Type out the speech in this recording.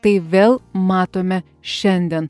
tai vėl matome šiandien